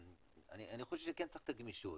אני חושב שכן צריך את הגמישות,